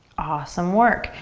awesome work,